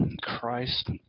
Christ